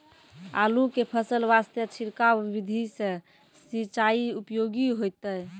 आलू के फसल वास्ते छिड़काव विधि से सिंचाई उपयोगी होइतै?